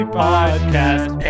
podcast